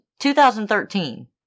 2013